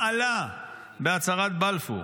מעלה בהצהרת בלפור,